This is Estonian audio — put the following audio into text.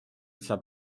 saab